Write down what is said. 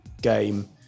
game